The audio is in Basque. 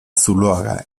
zuloaga